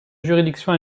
juridiction